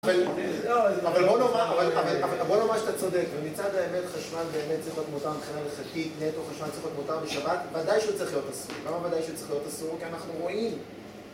אבל בוא נאמר, בוא נאמר שאתה צודק, ומצד האמת, חשמל באמת צריך להיות מותר מבחינה הלכתית, נטו, חשמל צריך להיות מותר בשבת, בוודאי שהוא צריך להיות אסור, למה בוודאי שהוא צריך להיות אסור? כי אנחנו רואים.